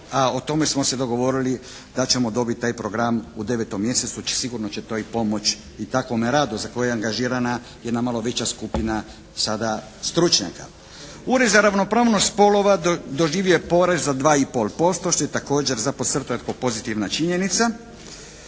a o tome smo se dogovorili da ćemo dobiti taj program u 9 mjesecu, da će sigurno će to i pomoć i …/Govornik se ne razumije./… za koji je angažirana jedna malo veća skupina sada stručnjaka. Ured za ravnopravnost spolova doživio je porast za 2,5% što je također za podcrtat kao pozitivna činjenica.